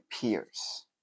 peers